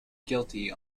guilty